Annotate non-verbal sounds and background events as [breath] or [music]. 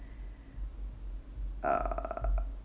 [breath] uh